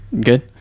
good